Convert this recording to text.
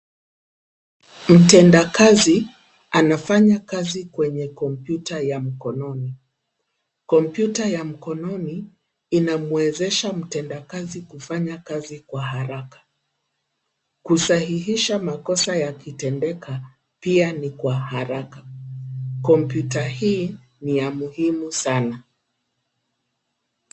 Mtendakazi, anafanya kazi kwenye kompyuta ya mkononi. Kompyuta ya mkononi, inamwezesha mtendakazi, kufanya kazi kwa haraka, kusahihisha makosa yakitenda, pia ni kwa haraka. Kompyuta hii, ni ya muhimu sana.